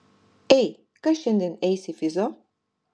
ei kas šiandien eis į fizo